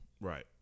Right